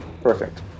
Perfect